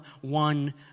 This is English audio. one